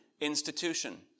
institution